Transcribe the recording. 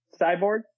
cyborg